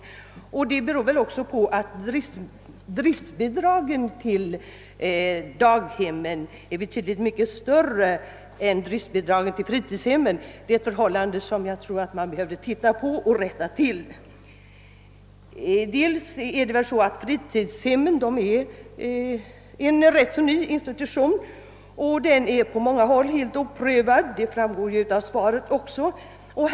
Nuvarande disproportion beror väl också på att driftbidragen till daghemmen är betydligt större än driftbidragen till fritidshemmen, ett förhållande som jag tror att man behöver titta närmare på och rätta till. Fritidshemmen är en ganska ny institution, som på många håll är helt oprövad. Det framgår ju också av statsrådets svar.